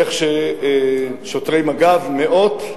איך שוטרי מג"ב, מאות,